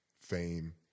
fame